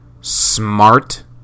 smart